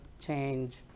change